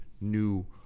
new